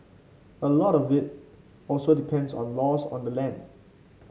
a lot of it also depends on laws of the land